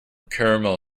caramel